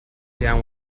down